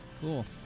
Cool